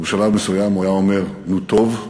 ובשלב מסוים הוא היה אומר: "נו טוב"